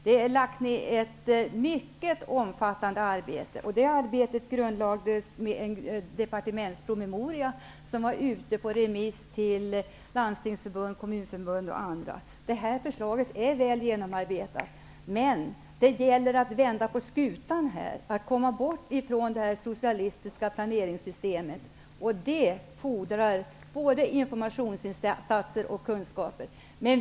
Det har lagts ner ett mycket omfattande arbete. Det arbetet grundlades med en departementspromemoria som var ute på remiss till Det här förslaget är väl genomarbetat. Men det gäller att vända skutan och komma bort ifrån det socialistiska planeringssystemet. Det fordrar både informationsinsatser och kunskaper.